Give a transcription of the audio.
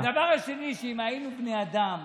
והדבר השני, שאם היינו בני אדם